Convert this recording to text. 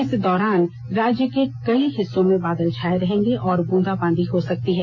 इस दौरान राज्य के कई हिस्सों में बादल छाए रहने और बूंदाबूंदी हो सकती है